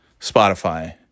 Spotify